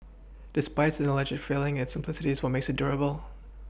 despite its alleged failings its simplicity is what makes it durable